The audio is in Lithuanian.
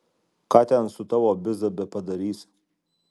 ką ten su tavo biza bepadarysi